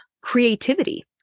creativity